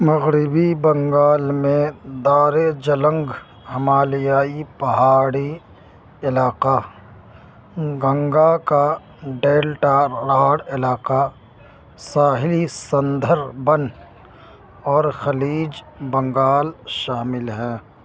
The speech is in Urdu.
مغربی بنگال میں دارجلنگ ہمالیائی پہاڑی علاقہ گنگا کا ڈیلٹا راڑ علاقہ ساحلی سندربن اور خلیج بنگال شامل ہیں